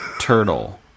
Turtle